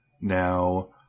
Now